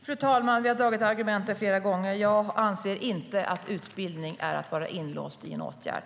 Fru talman! Vi har föredragit argumenten flera gånger. Jag anser inte att utbildning är att vara inlåst i en åtgärd.